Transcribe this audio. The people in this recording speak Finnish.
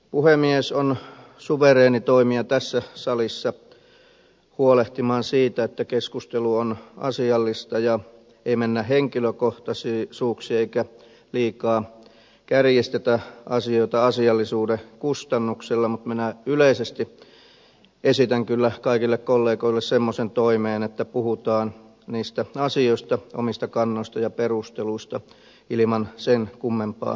puhemies on suvereeni toimija tässä salissa huolehtimaan siitä että keskustelu on asiallista ja ei mennä henkilökohtaisuuksiin eikä liikaa kärjistetä asioita asiallisuuden kustannuksella mutta minä yleisesti esitän kyllä kaikille kollegoille semmoisen toiveen että puhutaan niistä asioista omista kannoista ja perusteluista ilman sen kummempaa kiihkoilua